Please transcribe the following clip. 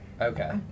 Okay